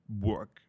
work